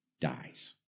dies